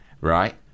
Right